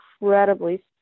incredibly